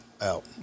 out